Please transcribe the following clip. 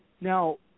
Now